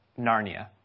Narnia